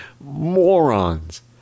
morons